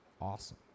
awesome